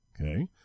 Okay